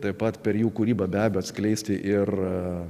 taip pat per jų kūrybą be abejo atskleisti ir